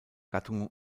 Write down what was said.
gattung